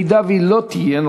אם היא לא תהיה,